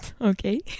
Okay